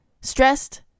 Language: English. stressed